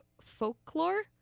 folklore